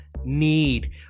need